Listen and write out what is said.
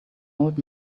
old